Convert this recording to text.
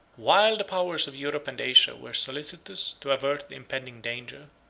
while the powers of europe and asia were solicitous to avert the impending danger,